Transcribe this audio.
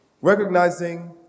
recognizing